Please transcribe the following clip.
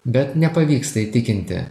bet nepavyksta įtikinti